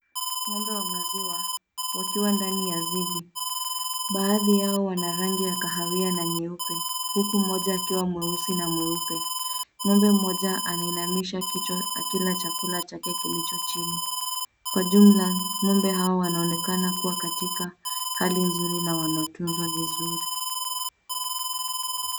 Ngombe wa maziwa, wakiwa ndani ya zizi. Baadhi yao wana rangi ya kahawia na nyeupe huku mmoja akiwa mweusi na mweupe. Ngombe mmoja anainamisha kichwa akila chakula chake kilicho chini. Kwa jumla, ngombe hao wanaonekana kuwa katika hali nzuri na wanatunzwa vizuri.